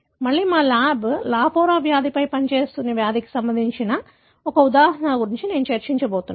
మళ్ళీ మా lab Lafora వ్యాధిపై పనిచేస్తున్న వ్యాధికి సంబంధించిన ఒక ఉదాహరణ గురించి నేను చర్చించబోతున్నాను